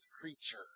creature